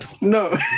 no